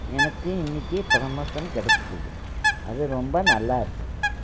எனக்கு இன்றைக்கி ப்ரமோசன் கிடச்சிது அது ரொம்ப நல்லா இருக்குது